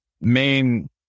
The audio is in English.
main